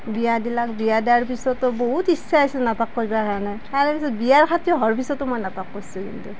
বিয়া দিলাক বিয়া দিয়াৰ পিছতো বহুত ইচ্ছা আছিল নাটক কৰিবৰ কাৰণে তাৰ পিছত বিয়া হৈ যোৱাৰ পিছতো মই নাটক কৰিছোঁ কিন্তু